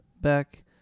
back